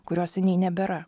kurio seniai nebėra